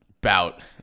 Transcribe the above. bout